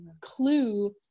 clue